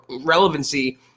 relevancy